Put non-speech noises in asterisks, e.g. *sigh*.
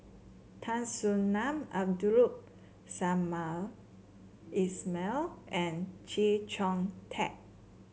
Tan Soo Nan *unintelligible* Samad Ismail and Chee Chong Tat